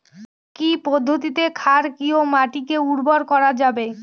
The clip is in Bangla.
কি পদ্ধতিতে ক্ষারকীয় মাটিকে উর্বর করা যাবে?